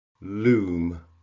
loom